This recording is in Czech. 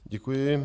Děkuji.